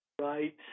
right